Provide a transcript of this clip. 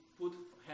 put